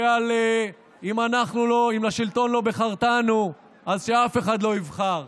ועל: אם לשלטון לא בחרתנו, אז שאף אחד לא ייבחר,